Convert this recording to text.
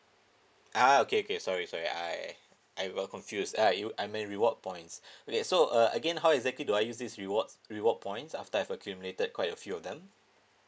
uh okay okay sorry sorry I I well confused ya uh I mean reward points wait so uh again how exactly do I use this rewards reward points after I've accumulated quite a few of them